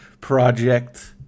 project